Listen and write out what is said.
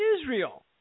Israel